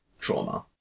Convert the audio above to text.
trauma